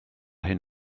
hyn